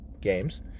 games